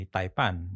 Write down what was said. Taipan